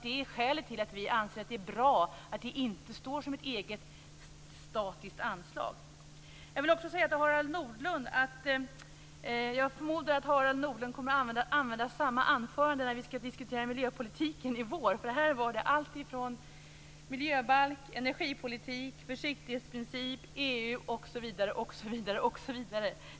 Det är skälet till att vi anser att det är bra att det inte står som ett eget statiskt anslag. Jag vill också säga till Harald Nordlund att jag förmodar att han kommer att använda samma anförande när vi skall diskutera miljöpolitiken i vår. Här var det alltifrån miljöbalk till energipolitik, försiktighetsprincip, EU, osv.